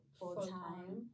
full-time